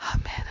Amen